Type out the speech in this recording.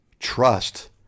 Trust